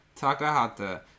Takahata